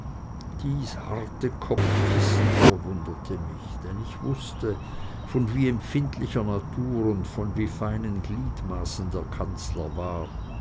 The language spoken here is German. dies harte kopfkissen verwunderte mich denn ich wußte von wie empfindlicher natur und von wie feinen gliedmaßen der kanzler war